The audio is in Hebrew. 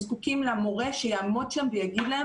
הם זקוקים למורה שיעמוד שם ויגיד להם